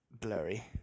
Blurry